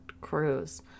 cruise